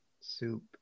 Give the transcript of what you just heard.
soup